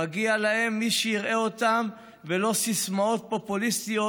מגיע להם מי שיראה אותם ולא סיסמאות פופוליסטיות,